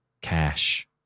cash